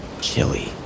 chili